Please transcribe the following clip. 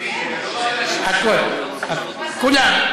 כולם.